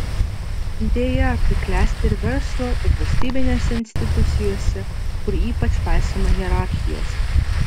deja tai klesti ir verslo ir valstybinėse institucijose kur ypač paisoma hierarchijos